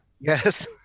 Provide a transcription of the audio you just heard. Yes